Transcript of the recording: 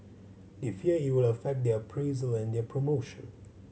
they fear it will affect their appraisal and their promotion